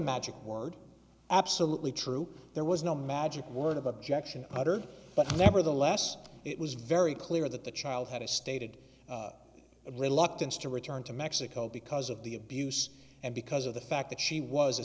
magic word absolutely true there was no magic word of objection uttered but nevertheless it was very clear that the child had a stated it looked into returned to mexico because of the abuse and because of the fact that she was